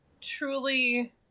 truly